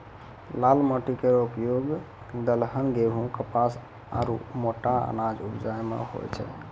लाल माटी केरो उपयोग दलहन, गेंहू, कपास आरु मोटा अनाज उपजाय म होय छै